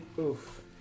Oof